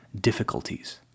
difficulties